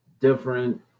different